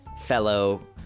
fellow